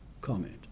comment